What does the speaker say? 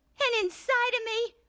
and inside of me,